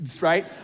Right